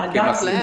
לא.